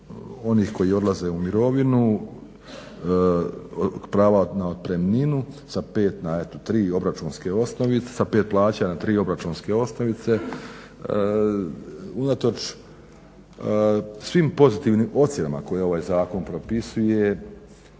onih koji odlaze u mirovinu, prava na otpremninu sa pet na eto tri obračunske osnovice, sa pet plaća na tri obračunske osnovice unatoč svim pozitivnim ocjenama koje je ovaj zakon propisuje